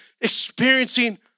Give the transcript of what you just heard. experiencing